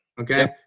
Okay